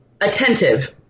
attentive